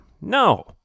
No